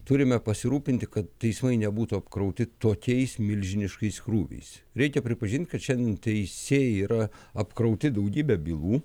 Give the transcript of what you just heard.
turime pasirūpinti kad teismai nebūtų apkrauti tokiais milžiniškais krūviais reikia pripažint kad šiandien teisėjai yra apkrauti daugybe bylų